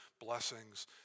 blessings